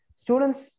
students